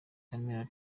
camera